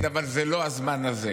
בצלאל, בוא רגע, בוא